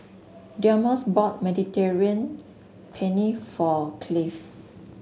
Delmus bought Mediterranean Penne for Cleave